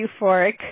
euphoric